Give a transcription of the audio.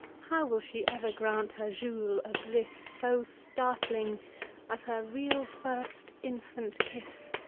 how will she ever g-rant her jules a bliss so startling as her real first infant kiss?